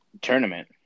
tournament